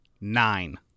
Nine